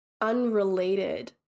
unrelated